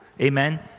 Amen